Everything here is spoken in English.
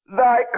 thy